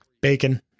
Bacon